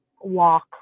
walk